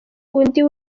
undi